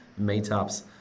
meetups